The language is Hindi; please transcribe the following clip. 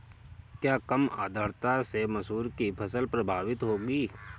क्या कम आर्द्रता से मसूर की फसल प्रभावित होगी?